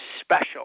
special